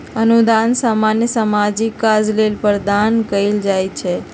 अनुदान सामान्य सामाजिक काज लेल प्रदान कएल जाइ छइ